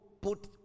put